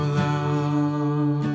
love